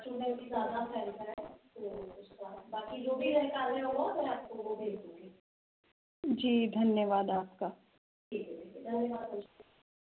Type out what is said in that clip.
जी धन्यवाद आपका